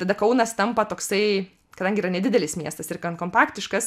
tada kaunas tampa toksai kadangi yra nedidelis miestas ir gan kompaktiškas